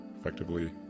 effectively